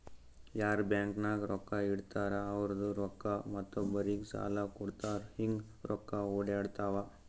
ಯಾರ್ ಬ್ಯಾಂಕ್ ನಾಗ್ ರೊಕ್ಕಾ ಇಡ್ತಾರ ಅವ್ರದು ರೊಕ್ಕಾ ಮತ್ತೊಬ್ಬರಿಗ್ ಸಾಲ ಕೊಡ್ತಾರ್ ಹಿಂಗ್ ರೊಕ್ಕಾ ಒಡ್ಯಾಡ್ತಾವ